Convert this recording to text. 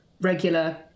regular